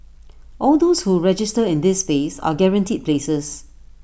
all those who register in this phase are guaranteed places